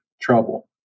trouble